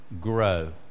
Grow